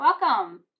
Welcome